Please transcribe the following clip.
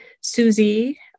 Susie